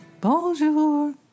Bonjour